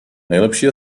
nejlepší